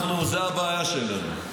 אנחנו, זה הבעיה שלנו,